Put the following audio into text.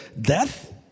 death